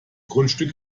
grundstück